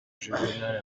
juvenal